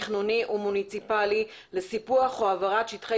תכנוני ומוניציפאלי לסיפוח או העברת שטחי